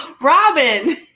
Robin